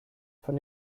von